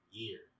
year